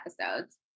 episodes